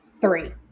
three